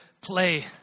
Play